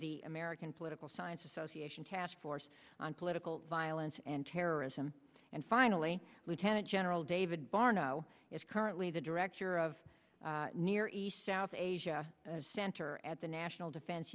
the american political science association taskforce on political violence and terrorism and finally lieutenant general david barno is currently the director of near east south asia center at the national defense